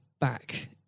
back